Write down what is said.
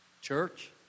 Church